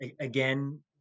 again